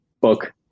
book